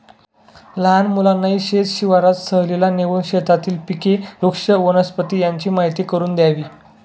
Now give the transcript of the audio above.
लहान मुलांनाही शेत शिवारात सहलीला नेऊन शेतातील पिके, वृक्ष, वनस्पती यांची माहीती करून द्यावी